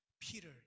Peter